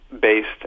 based